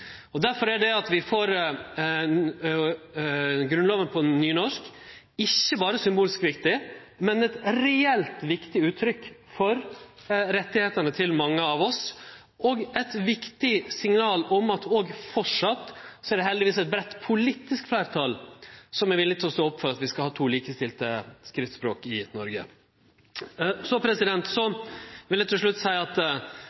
og kult. Derfor er det at vi får Grunnlova på nynorsk ikkje berre symbolsk viktig, men eit reelt viktig uttrykk for rettane til mange av oss, og eit viktig signal om at det framleis heldigvis er eit breitt politisk fleirtal som er villig til å stå opp for at vi skal ha to likestilte skriftsspråk i Noreg. Til slutt vil eg seie at